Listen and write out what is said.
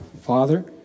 Father